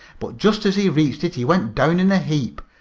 but just as he reached it he went down in a heap,